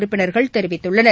உறுப்பினர்கள் தெரிவித்துள்ளனர்